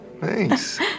thanks